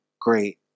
great